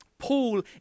Paul